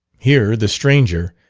here the stranger,